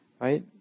right